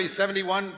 71